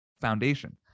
foundation